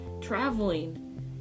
traveling